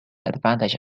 advantage